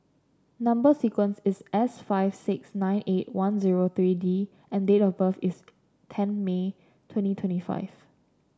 number sequence is S five six nine eight one zero three D and date of birth is ten May twenty twenty five